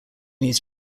needs